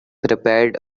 prepared